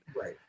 right